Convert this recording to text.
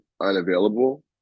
unavailable